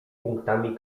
punktami